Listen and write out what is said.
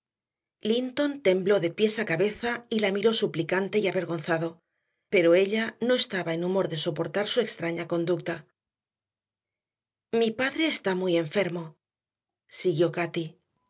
linton tembló de pies a cabeza y la miró suplicante y avergonzado pero ella no estaba en humor de soportar su extraña conducta mi padre está muy enfermo siguió cati